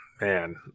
Man